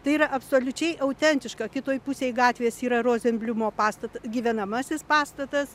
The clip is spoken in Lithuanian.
tai yra absoliučiai autentiška kitoj pusėj gatvės yra rozenbliumo pastat gyvenamasis pastatas